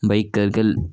பைக்கர்கள்